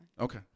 Okay